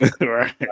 right